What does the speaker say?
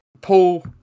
Paul